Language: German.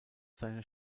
seine